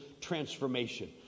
transformation